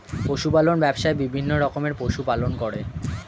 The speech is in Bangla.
পশু পালন ব্যবসায়ে বিভিন্ন রকমের পশু পালন করে